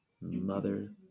mother